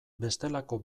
bestelako